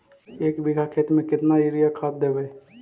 एक बिघा खेत में केतना युरिया खाद देवै?